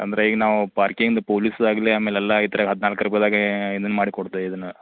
ಅಂದರೆ ಈಗ ನಾವು ಪಾರ್ಕಿಂಗ್ದ್ ಪೋಲಿಸ್ದಾಗಲಿ ಆಮೇಲೆ ಎಲ್ಲ ಇದ್ರಾಗ ಹದಿನಾಲ್ಕು ಇರ್ಬೋದಾಗೇ ಇದನ್ನ ಮಾಡಿ ಕೊಡ್ತೇವೆ ಇದನ್ನ